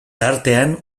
tartean